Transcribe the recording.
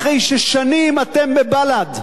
אחרי ששנים אתם בבל"ד,